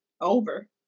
over